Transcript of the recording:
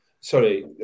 Sorry